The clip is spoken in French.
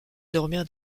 dormir